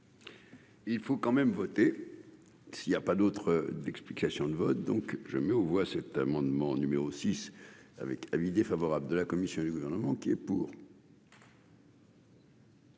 Il faut quand même voter. S'il y a pas d'autres, d'explication de vote donc je mets aux voix cet amendement numéro 6 avec avis défavorable de la commission du gouvernement qui est pour.